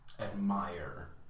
admire